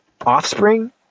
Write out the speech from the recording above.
Offspring